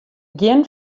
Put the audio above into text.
gjin